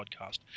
podcast